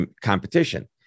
competition